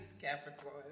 Capricorn